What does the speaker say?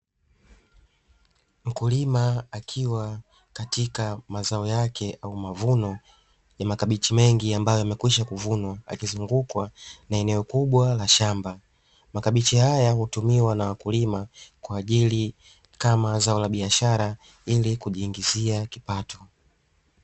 Mkulima akiwa katika mazao yake au mavuno ya makabichi mengi ambayo yamekwisha kuvunwa, akizungukwa na eneo kubwa la shamba. Makabichi haya hutumiwa na wakulima kama zao la biashara, ili kujiingizia kipato.